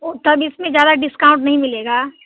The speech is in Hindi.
ओ तब इसमें ज़्यादा डिस्काउंट नहीं मिलेगा